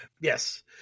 Yes